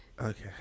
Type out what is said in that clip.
Okay